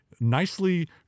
nicely